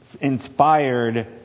inspired